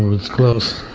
it's close.